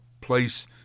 place